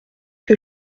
que